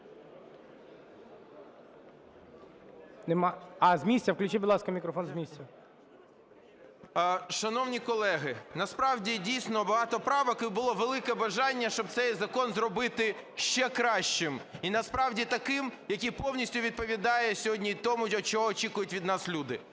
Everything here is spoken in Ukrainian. Шановні колеги, насправді, дійсно, багато правок, і було велике бажання щоби цей закон зробити ще кращим і насправді таким, який повністю відповідає сьогодні тому, чого очікують від нас люди.